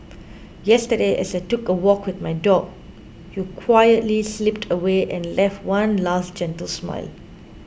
yesterday as I took a walk with my dog you quietly slipped away and left one last gentle smile